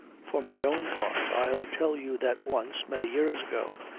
for my own part i'll tell you that once, many years ago